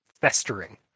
festering